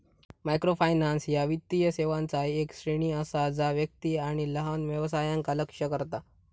microfinance ह्या वित्तीय सेवांचा येक श्रेणी असा जा व्यक्ती आणि लहान व्यवसायांका लक्ष्य करता